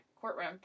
courtroom